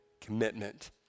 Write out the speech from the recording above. commitment